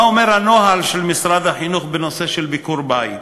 מה אומר הנוהל של משרד החינוך בנושא של ביקור-בית?